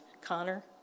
Connor